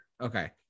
Okay